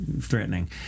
threatening